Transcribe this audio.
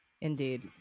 indeed